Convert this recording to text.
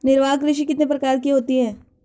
निर्वाह कृषि कितने प्रकार की होती हैं?